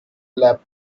lap